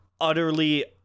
utterly